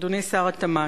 אדוני שר התמ"ת,